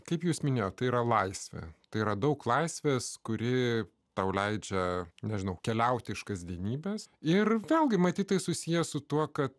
kaip jūs minėjote yra laisvė tai yra daug laisvės kuri tau leidžia nežinau keliauti iš kasdienybės ir vėlgi matyt tai susiję su tuo kad